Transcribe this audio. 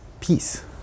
peace